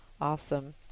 awesome